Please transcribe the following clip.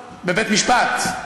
בבית-משפט.